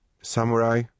Samurai